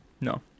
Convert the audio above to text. No